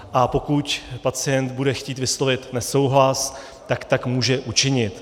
A pokud pacient bude chtít vyslovit nesouhlas, tak tak může učinit.